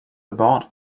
about